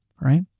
right